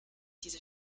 diese